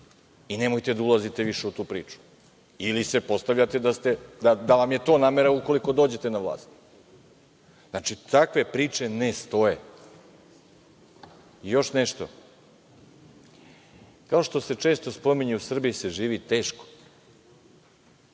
i nemojte da ulazite više u tu priču. Ili se postavljate da vam je to namera, ukoliko dođete na vlast? Takve priče ne stoje. Još nešto, kao što se često spominje, u Srbiji se živi teško